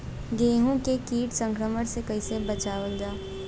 गेहूँ के कीट संक्रमण से कइसे बचावल जा?